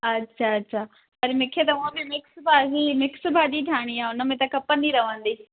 अछा अछा अॼु मूंखे त हुंअ बि मिक्स भाॼी मिक्स भाॼी ठाहिणी आहे उन में खपंदी रहंदी